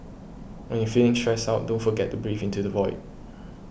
when you are feeling stressed out don't forget to breathe into the void